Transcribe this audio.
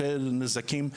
יותר נזקים.